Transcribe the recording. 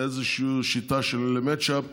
באיזושהי שיטה של match up,